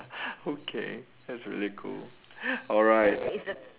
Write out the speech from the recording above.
okay that's really cool alright